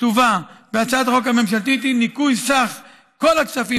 כתובה בהצעת החוק הממשלתית היא ניכוי סך כל הכספים